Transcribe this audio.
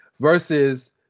versus